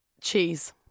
cheese